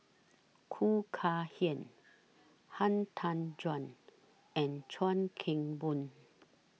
Khoo Kay Hian Han Tan Juan and Chuan Keng Boon